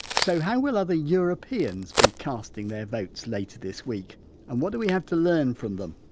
so, how will other europeans be casting their votes later this week and what do we have to learn from them?